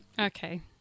Okay